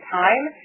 time